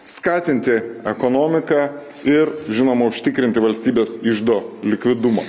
skatinti ekonomiką ir žinoma užtikrinti valstybės iždo likvidumą